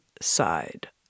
side